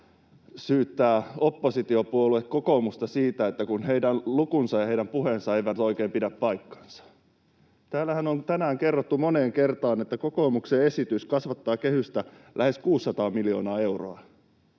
syyttää oppositiopuolue kokoomusta siitä, että heidän lukunsa ja heidän puheensa eivät oikein pidä paikkaansa. Täällähän on tänään kerrottu moneen kertaan, että kokoomuksen esitys kasvattaa kehystä lähes 600 miljoonaa euroa.